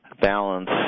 balance